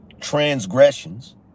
transgressions